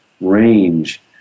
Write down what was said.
range